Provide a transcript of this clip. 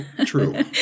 True